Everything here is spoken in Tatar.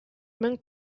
мең